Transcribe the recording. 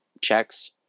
checks